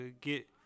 get